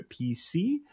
PC